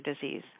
disease